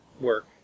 work